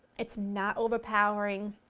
it's not overpowering,